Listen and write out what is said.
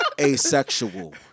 Asexual